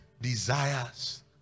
desires